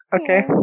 okay